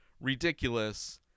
ridiculous